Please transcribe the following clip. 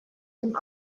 dem